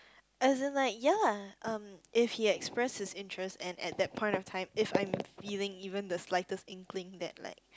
as in like ya lah um if he express his interest and at that point of time if I'm feeling even the slightest inkling that like